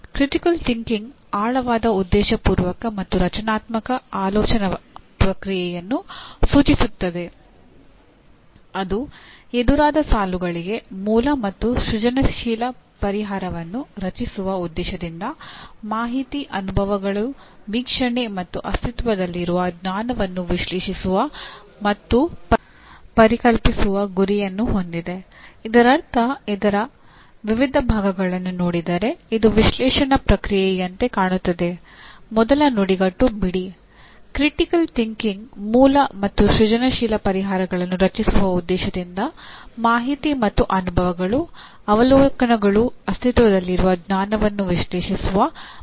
critical thinking ಮೂಲ ಮತ್ತು ಸೃಜನಶೀಲ ಪರಿಹಾರಗಳನ್ನು ರಚಿಸುವ ಉದ್ದೇಶದಿಂದ ಮಾಹಿತಿ ಮತ್ತು ಅನುಭವಗಳು ಅವಲೋಕನಗಳು ಮತ್ತು ಅಸ್ತಿತ್ವದಲ್ಲಿರುವ ಜ್ಞಾನವನ್ನು ವಿಶ್ಲೇಷಿಸುವ ಮತ್ತು ಪರಿಕಲ್ಪಿಸುವ ಗುರಿಯನ್ನು ಹೊಂದಿದೆ